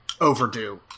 overdue